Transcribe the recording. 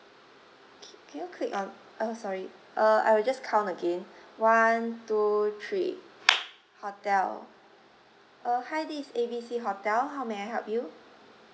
okay can you click on uh sorry uh I will just count again one two three hotel uh hi this is A B C hotel how may I help you